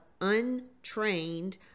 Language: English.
untrained